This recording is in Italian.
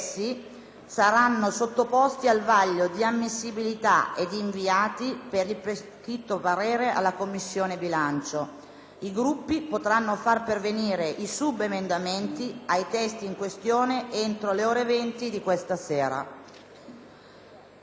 saranno sottoposti al vaglio di ammissibilità ed inviati, per il prescritto parere, alla Commissione bilancio. I Gruppi potranno far pervenire i subemendamenti ai testi in questione entro le ore 20 di questa sera.